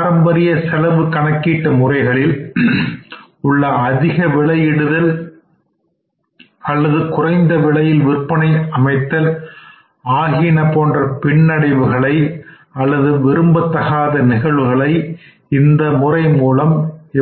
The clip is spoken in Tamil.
பாரம்பரியமான செலவின கணக்கீட்டு முறைகளில் உள்ள அதிக விலை இடுதல் அல்லது குறைந்த விலையில் விற்பனை விலையை அமைத்தல் ஆகியன போன்ற பின்னடைவுகளை அல்லது விரும்பத்தகாத நிகழ்வுகளை இந்த முறை மூலம்